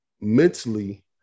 Mentally